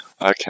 Okay